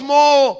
More